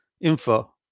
info